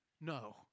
No